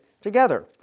together